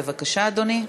בבקשה, אדוני.